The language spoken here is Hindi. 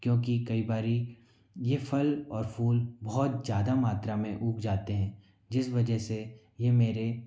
क्योंकि कई बार यह फल और फूल बहुत ज़्यादा मात्रा में उग जाते हैं जिस वजह से यह मेरे